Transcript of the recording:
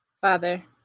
Father